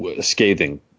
scathing